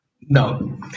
No